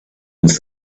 into